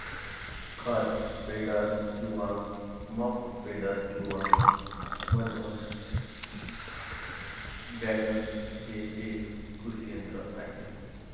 खत स्प्रेडर किंवा muck spreader किंवा मध वॅगन हे एक कृषी यंत्र आहे